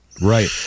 Right